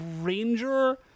Ranger